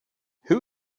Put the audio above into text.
who